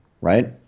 right